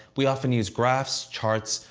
we often use graphs, charts,